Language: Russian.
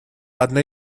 одной